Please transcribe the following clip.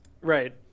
Right